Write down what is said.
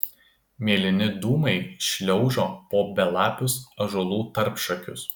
mėlyni dūmai šliaužo po belapius ąžuolų tarpšakius